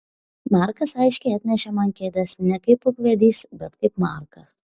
markas aiškiai atnešė man kėdes ne kaip ūkvedys bet kaip markas